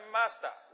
master